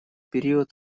период